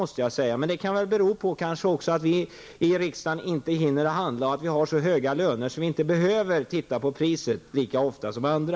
Men det kan bero på att ingen i riksdagen hinner handla och att vi har så höga löner att vi inte behöver titta på priset lika ofta som andra.